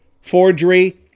forgery